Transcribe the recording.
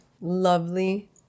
Lovely